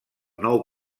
nou